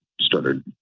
started